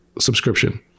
subscription